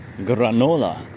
Granola